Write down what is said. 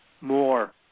more